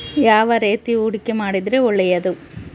ಯಾವ ರೇತಿ ಹೂಡಿಕೆ ಮಾಡಿದ್ರೆ ಒಳ್ಳೆಯದು?